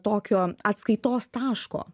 tokio atskaitos taško